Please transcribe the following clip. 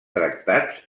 tractats